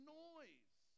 noise